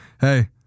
hey